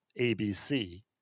ABC